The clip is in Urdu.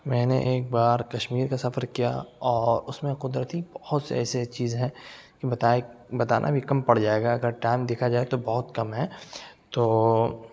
میں نے ایک بار کشمیر کا سفر کیا اور اس میں قدرتی بہت سے ایسے چیز ہیں کہ بتائے بتانا بھی کم پڑ جائے گا اگر ٹائم دیکھا جائے تو بہت کم ہے تو